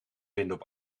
vinden